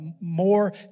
more